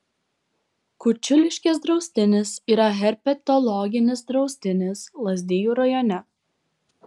kučiuliškės draustinis yra herpetologinis draustinis lazdijų rajone